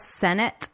Senate